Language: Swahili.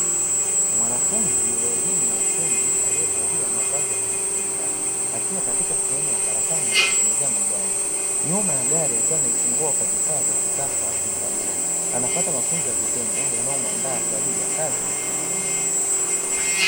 Mwanafunzi wa elimu ya ufundi aliyevalia mavazi ya kujikinga, akiwa katika sehemu ya karakana ya kutengeneza magari; nyuma ya gari akiwa ameifungua kwa vifaa vya kisasa kuikagua. Anapata mafunzo ya vitendo yanayomuandaa kwa ajili ya kazi za kiufundi.